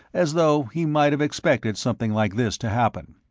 as though he might have expected something like this to happen.